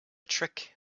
trick